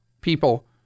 people